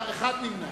נמנע.